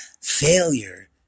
failure